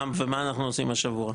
מה אנחנו עושים השבוע?